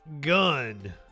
gun